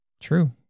True